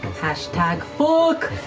hashtag fuck!